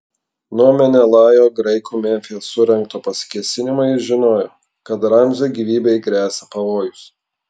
nuo menelajo graikų memfyje surengto pasikėsinimo jis žinojo kad ramzio gyvybei gresia pavojus